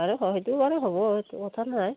আৰু সেইটো বাৰেু হ'ব সেইটো কথা নাই